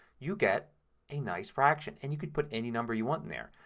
you get a nice fraction. and you can put any number you want in there.